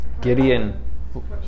Gideon